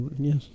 yes